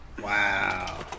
Wow